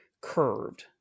curved